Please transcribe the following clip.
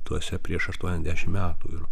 tuose prieš aštuoniasdešimt metų ir